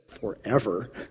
forever